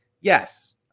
Yes